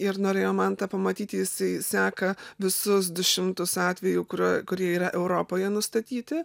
ir norėjo mantą pamatyti jisai seka visus du šimtus atvejų kurio kurie yra europoje nustatyti